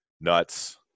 nuts